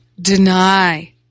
deny